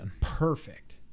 perfect